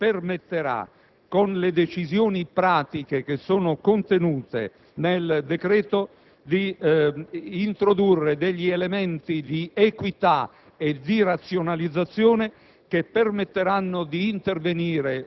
sta dando dei risultati e permetterà, con le decisioni pratiche che sono contenute nel decreto, di introdurre degli elementi di equità e di razionalizzazione